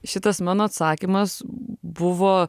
šitas mano atsakymas buvo